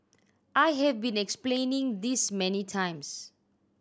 I have been explaining this many times